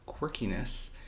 quirkiness